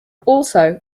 also